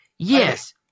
Yes